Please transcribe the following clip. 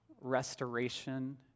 restoration